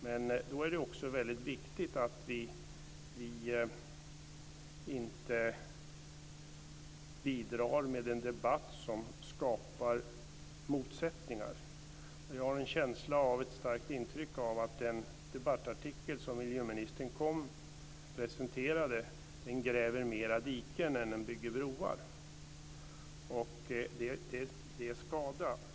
Men då är det också väldigt viktigt att vi inte bidrar till en debatt som skapar motsättningar. Jag har en känsla och ett starkt intryck av att den debattartikel som miljöministern presenterade gräver mer diken än den bygger broar. Det är skada.